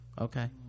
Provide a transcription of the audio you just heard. Okay